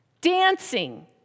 dancing